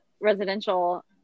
residential